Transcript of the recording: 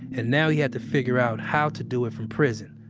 and now he had to figure out how to do it from prison.